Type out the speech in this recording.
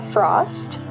Frost